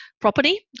property